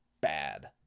bad